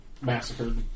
massacred